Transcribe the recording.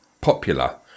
popular